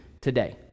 today